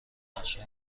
نقشه